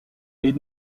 est